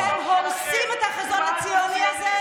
אתם הורסים את החזון הציוני,